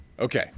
Okay